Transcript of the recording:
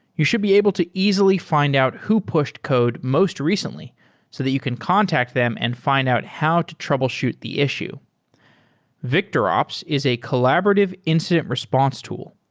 you should be able to easily fi nd out who pushed code most recently so that you can contact them and fi nd out how to troubleshoot the issue victorops is a collaborative incident response tool.